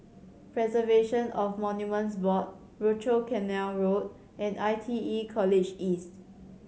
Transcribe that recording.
Preservation of Monuments Board Rochor Canal Road and I T E College East